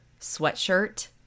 sweatshirt